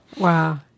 Wow